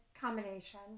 combination